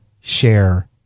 share